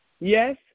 Yes